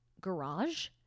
garage